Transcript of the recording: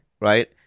Right